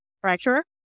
fracture